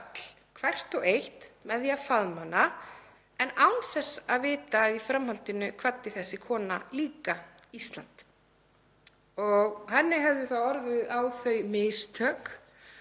hvert og eitt, með því að faðma hana en án þess að vita að í framhaldinu kvaddi þessi kona líka Ísland. Henni höfðu orðið á þau „mistök“